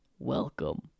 Welcome